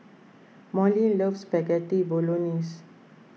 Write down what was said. Molly loves Spaghetti Bolognese